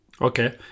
Okay